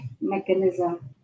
mechanism